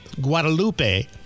Guadalupe